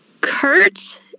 Kurt